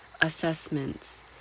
assessments